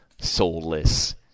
soulless